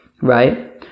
Right